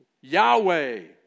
Yahweh